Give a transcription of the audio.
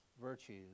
virtues